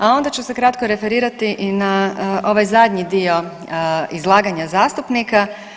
A onda ću se kratko referirati i na ovaj zadnji dio izlaganja zastupnika.